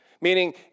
Meaning